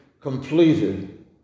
completed